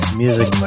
music